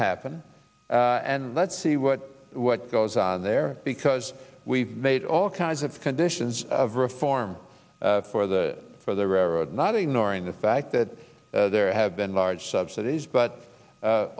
happen and let's see what what goes on there because we've made all kinds of conditions of reform for the for there are not ignoring the fact that there have been large subsidies but a